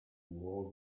war